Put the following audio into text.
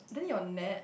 then your net